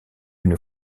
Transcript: une